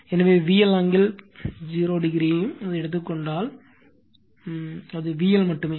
எனவே VL angle 0 ஐயும் எடுத்துக் கொண்டால் அது VL மட்டுமே